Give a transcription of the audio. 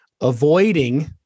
avoiding